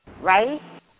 right